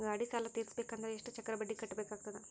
ಗಾಡಿ ಸಾಲ ತಿರಸಬೇಕಂದರ ಎಷ್ಟ ಚಕ್ರ ಬಡ್ಡಿ ಕಟ್ಟಬೇಕಾಗತದ?